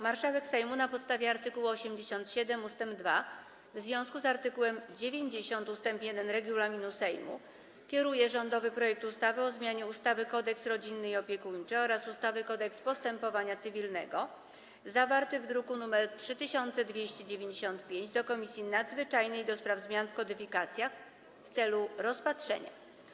Marszałek Sejmu, na podstawie art. 87 ust. 2 w związku z art. 90 ust. 1 regulaminu Sejmu, kieruje rządowy projekt ustawy o zmianie ustawy Kodeks rodzinny i opiekuńczy oraz ustawy Kodeks postępowania cywilnego zawarty w druku nr 3295 do Komisji Nadzwyczajnej do spraw zmian w kodyfikacjach w celu rozpatrzenia.